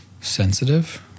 sensitive